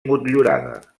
motllurada